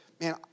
man